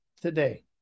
today